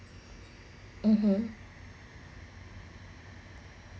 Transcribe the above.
(uh huh)